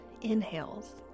inhales